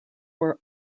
were